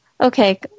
Okay